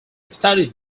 studied